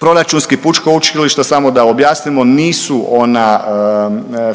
proračunskih, pučka učilišta samo da objasnimo, nisu ona